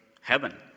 heaven